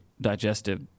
digestive